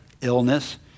illness